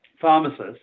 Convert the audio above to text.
pharmacists